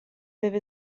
deve